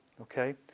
Okay